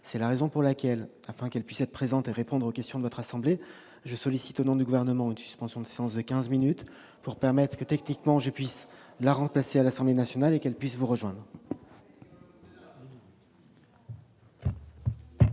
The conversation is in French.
c'est la raison pour laquelle afin qu'elle puisse être présenté, répondre aux questions de votre assemblée, je sollicite au nom du gouvernement une suspension de séance de 15 minutes pour permettre que techniquement j'ai puisse la remplacer à l'Assemblée nationale et qu'elles puissent vous rejoindre.